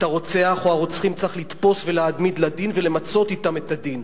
את הרוצח או הרוצחים צריך לתפוס ולהעמיד לדין ולמצות אתם את הדין,